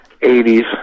80s